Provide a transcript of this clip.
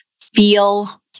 feel